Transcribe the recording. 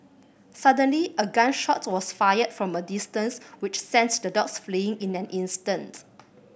suddenly a gun shot was fired from a distance which sents the dog fleeing in an instance